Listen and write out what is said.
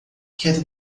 quero